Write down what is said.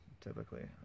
typically